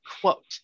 Quote